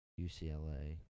UCLA